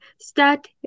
start